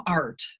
art